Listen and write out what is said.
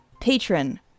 Patron